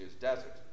desert